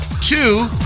Two